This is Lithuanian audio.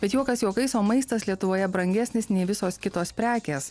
bet juokas juokais o maistas lietuvoje brangesnis nei visos kitos prekės